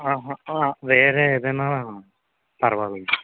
వేరే ఏదైనా పర్వాలేదు